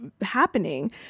happening